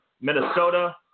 Minnesota